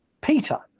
Peter